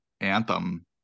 anthem